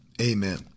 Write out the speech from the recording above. Amen